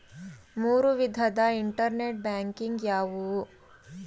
ಮೂರು ವಿಧದ internet banking ಯಾವುವು?